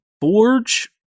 forge